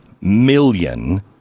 million